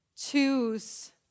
choose